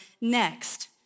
next